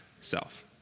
self